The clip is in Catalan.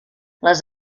les